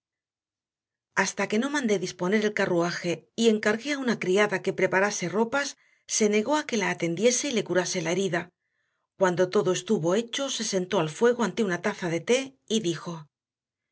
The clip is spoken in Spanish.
hasta que no mandé disponer el carruaje y encargué a una criada que preparase ropas se negó a que la atendiese y le curase la herida cuando todo estuvo hecho se sentó al fuego ante una taza de té y dijo